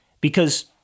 because-